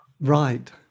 right